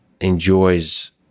enjoys